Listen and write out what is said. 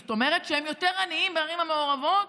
זאת אומרת שהם יותר עניים בערים המעורבות,